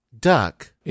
Duck